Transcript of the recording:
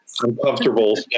uncomfortable